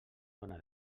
dóna